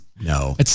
no